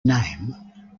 name